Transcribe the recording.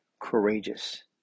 courageous